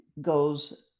goes